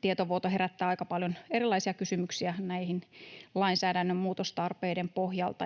tietovuoto herättää aika paljon erilaisia kysymyksiä lainsäädännön muutostarpeiden pohjalta.